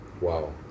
Wow